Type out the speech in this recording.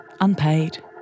unpaid